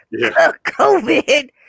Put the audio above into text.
COVID